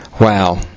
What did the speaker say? Wow